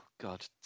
God